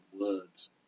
words